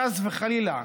חס וחלילה,